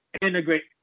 integrate